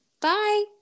Bye